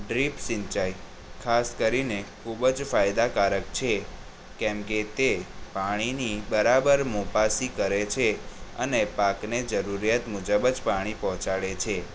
drip સિંચાઈ ખાસ કરીને ખૂબ જ ફાયદાકારક છે કેમકે તે પાણીની બરાબર મોપાસી કરે છે અને પાકને જરૂરિયાત મુજબ જ પાણી પહોંચાડે છે